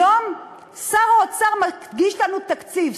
היום שר האוצר מגיש לנו תקציב,